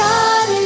God